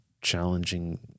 challenging